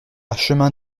chemin